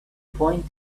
point